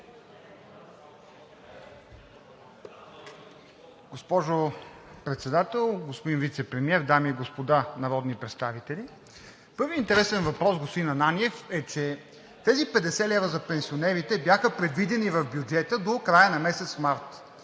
Госпожо Председател, господин Вицепремиер, дами и господа народни представители! Първият интересен въпрос, господин Ананиев, е, че тези 50 лв. за пенсионерите бяха предвидени в бюджета до края на месец март.